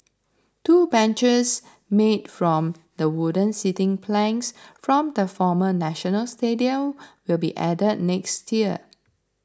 two benches made from the wooden seating planks from the former National Stadium will be added next year